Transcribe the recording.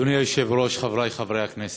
אדוני היושב-ראש, חברי חברי הכנסת,